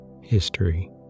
history